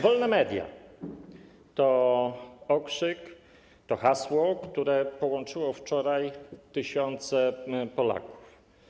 Wolne media!” to okrzyk, to hasło, które połączyło wczoraj tysiące Polaków.